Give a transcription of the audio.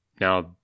Now